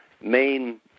main